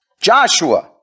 Joshua